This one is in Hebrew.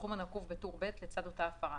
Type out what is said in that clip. בסכום הנקוב בטור ב' לצד אותה הפרה.